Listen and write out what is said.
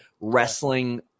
wrestling